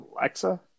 Alexa